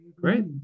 great